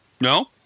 No